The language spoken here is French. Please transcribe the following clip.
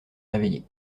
réveiller